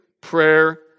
prayer